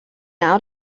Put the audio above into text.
out